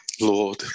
Lord